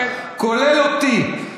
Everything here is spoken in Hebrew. כולל אותי.